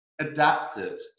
adapted